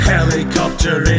Helicopter